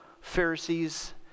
Pharisees